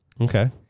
okay